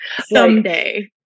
Someday